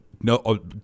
No